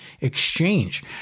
exchange